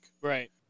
Right